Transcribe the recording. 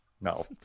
No